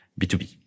B2B